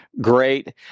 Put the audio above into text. great